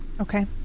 Okay